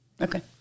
Okay